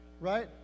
right